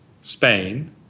Spain